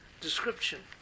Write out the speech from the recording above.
Description